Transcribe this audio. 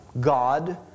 God